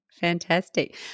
Fantastic